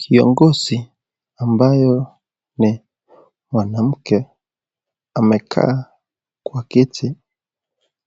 Kiongozi ambayo ni mwanamke amekaa kwa kiti